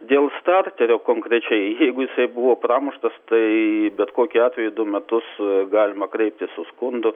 dėl starterio konkrečiai jeigu jisai buvo pramuštas tai bet kokiu atveju du metus galima kreiptis su skundu